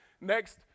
next